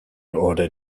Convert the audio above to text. order